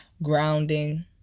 grounding